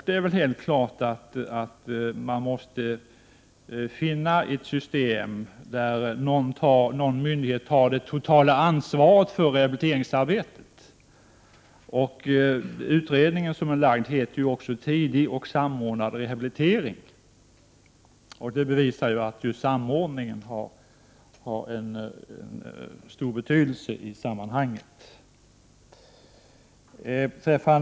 Det står fullt klart att man måste finna ett system där någon myndighet tar det totala ansvaret för rehabiliteringsarbetet. Den framlagda utredningen heter också Tidig och samordnad rehabilitering, vilket visar att samordningen är av stor betydelse i sammanhanget.